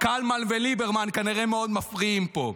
קלמן וליברמן כנראה מאוד מפריעים פה,